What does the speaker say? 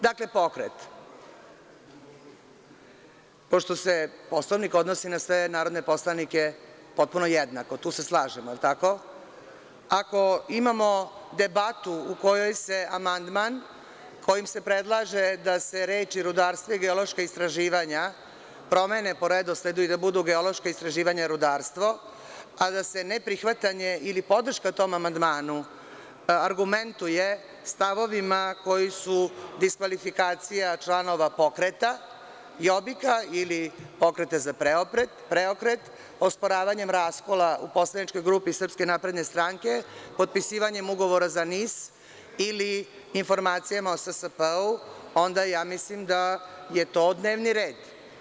Dakle, pokret, pošto se Poslovnik odnosi na sve narodne poslanike potpuno jednako, tu se slažemo, je li tako, ako imamo debatu u kojoj se amandman koji se predlaže da se reči – rudarstvo i geološka istraživanja promene po redosledu i da bude – geološka istraživanja i rudarstvo, a da se neprihvatanje ili podrška tom amandmanu argumentuje stavovima koji su diskvalifikacija članova pokreta „Jobbika“ ili Pokreta za preokret, osporavanjem raskola u poslaničkoj grupi SNS, potpisivanjem ugovora za NIS ili informacijama o SSP, onda mislim da je to dnevni red.